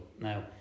now